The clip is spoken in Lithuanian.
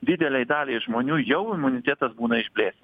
didelei daliai žmonių jau imunitetas būna išblėsę